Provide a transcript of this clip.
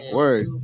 word